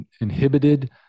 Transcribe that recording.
inhibited